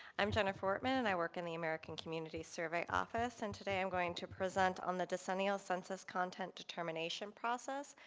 i'm jennifer i mean and i work in the american community survey office and today i'm going to present on the decennial census content determination process.